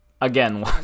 Again